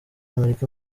amerika